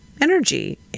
energy